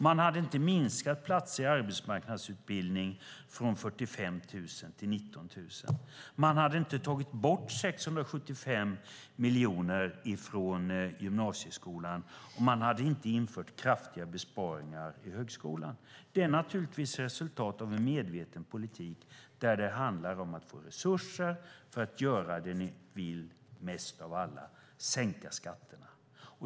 Man hade inte minskat antalet platser i arbetsmarknadsutbildningen från 45 000 till 19 000. Man hade inte tagit bort 675 miljoner kronor från gymnasieskolan. Man hade inte infört kraftiga besparingar avseende högskolan. Det här är naturligtvis resultatet av en medveten politik där det handlar om att få resurser för att göra det ni mest av alla vill, nämligen sänka skatterna.